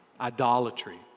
idolatry